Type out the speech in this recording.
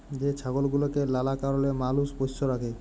যে ছাগল গুলাকে লালা কারলে মালুষ পষ্য রাখে